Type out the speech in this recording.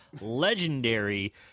legendary